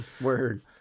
Word